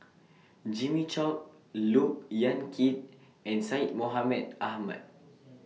Jimmy Chok Look Yan Kit and Syed Mohamed Ahmed